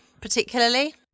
particularly